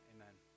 Amen